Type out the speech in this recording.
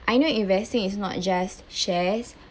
I know investing is not just shares